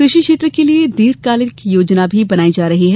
कृषि क्षेत्र के लिये दीर्घकालिक योजना भी बनाई जा रही है